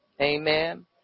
Amen